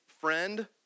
friend